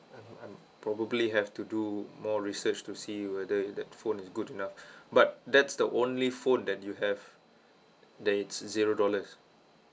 I'm probably have to do more research to see whether that phone is good enough but that's the only phone that you have that it's zero dollars